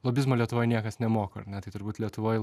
lobizmo lietuvoj niekas nemoko ar ne tai turbūt lietuvoj